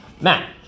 Matt